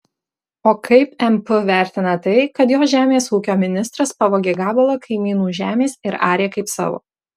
o kaip mp vertina tai kad jo žemės ūkio ministras pavogė gabalą kaimynų žemės ir arė kaip savo